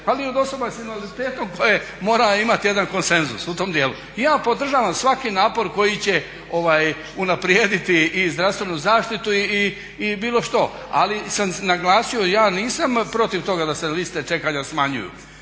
i od osoba s invaliditetom koje moraju imati jedan konsenzus u tom dijelu. Ja podržavam svaki napor koji će unaprijediti i zdravstvenu zaštitu i bilo što. Ali sam naglasio, ja nisam protiv toga da se liste čekanja smanjuju,